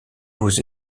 aux